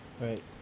right